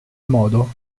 modo